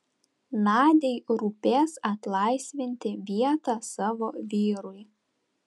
nadiai rūpės atlaisvinti vietą savo vyrui